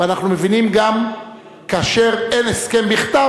ואנחנו מבינים גם שכאשר אין הסכם בכתב